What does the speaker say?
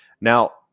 Now